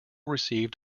received